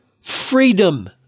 freedom